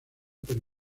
pero